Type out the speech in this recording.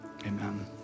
Amen